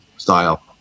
style